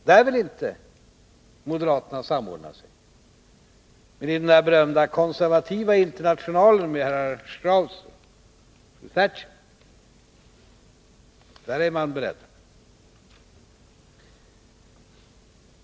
Där vill inte moderaterna samordna sig, men i den berömda konservativa internationalen med herr Strauss och Mrs Thatcher, där är man beredd att vara med.